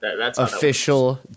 official